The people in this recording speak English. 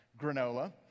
granola